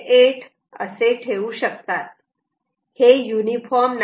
8 असे ठेवू शकतात हे युनिफॉर्म नाही